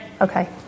Okay